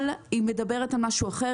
אבל היא מדברת על משהו אחר,